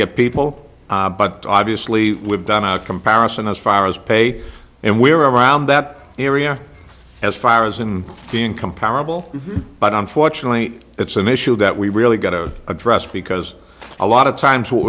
get people but obviously we've done a comparison as far as pay and we were around that area as far as him being comparable but unfortunately it's an issue that we really got to address because a lot of times what